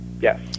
Yes